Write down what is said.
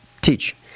teach